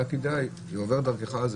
ואם זה עובר דרכך,